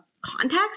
context